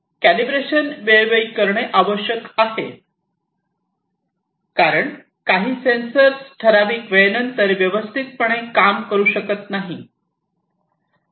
calibration वेळोवेळी करणे आवश्यक आहे कारण काही सेंसर ठराविक वेळेनंतर व्यवस्थितपणे काम करू शकत नाही